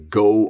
go